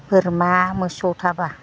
बोरमा मोसौ थाब्ला